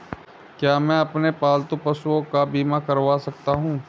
क्या मैं अपने पालतू पशुओं का बीमा करवा सकता हूं?